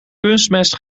kunstmest